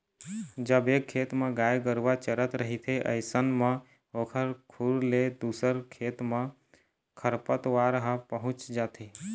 जब एक खेत म गाय गरुवा चरत रहिथे अइसन म ओखर खुर ले दूसर खेत म खरपतवार ह पहुँच जाथे